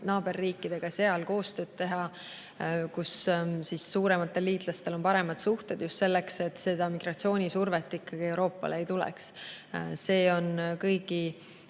naaberriikidega seal koostööd teha, kus suurematel liitlastel on paremad suhted. Seda just selleks, et seda migratsioonisurvet ikkagi Euroopale ei tuleks. See on kõigi